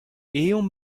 ezhomm